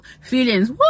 feelings